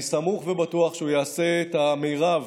אני סמוך ובטוח שהוא יעשה את המרב